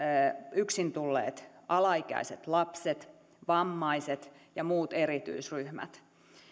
yksin tulleet alaikäiset lapset vammaiset ja muut erityisryhmät